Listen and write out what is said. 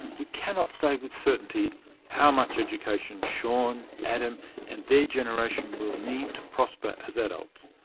we cannot say with certainty how much education sean, adam and their generation will need to prosper as adults.